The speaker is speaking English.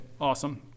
awesome